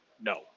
No